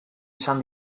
izan